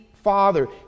father